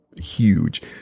huge